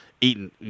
eaten